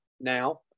now